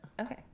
Okay